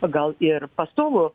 gal ir pastovų